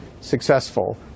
successful